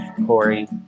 Corey